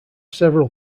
several